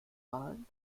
malen